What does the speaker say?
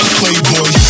playboy